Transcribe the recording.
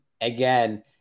again